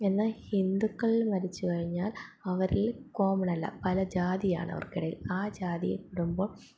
എന്നാൽ ഹിന്ദുക്കൾ മരിച്ചുകഴിഞ്ഞാൽ അവരിൽ കോമണല്ല പല ജാതിയാണ് അവർക്കിടയിൽ ആ ജാതിയെ കൂടുമ്പോൾ